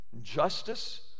justice